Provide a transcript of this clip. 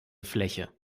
fläche